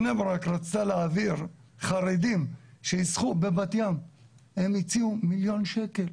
בני ברק רצתה להעביר חרדים שישחו בבת-ים והם הציעו מיליון שקל.